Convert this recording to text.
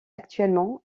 actuellement